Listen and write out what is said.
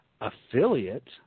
affiliate